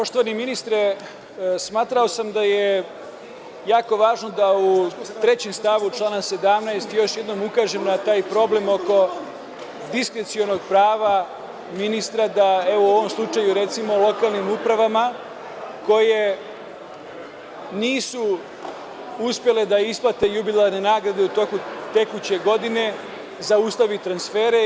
Poštovani ministre, smatrao sam da je jako važno da u 3. stavu člana 17. još jednom ukažem na taj problem oko diskrecionog prava ministra da evo u ovom slučaju, recimo, lokalnim upravama koje nisu uspele da isplate jubilarne nagrade u toku tekuće godine zaustavi transfere.